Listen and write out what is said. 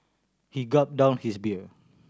he gulped down his beer